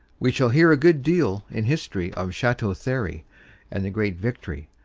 we shall hear a good deal in history of chateau thierry and the great victory,